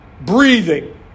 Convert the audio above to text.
Breathing